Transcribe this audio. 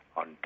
on